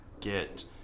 get